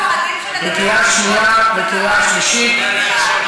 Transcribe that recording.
לקריאה שניה וקריאה שלישית.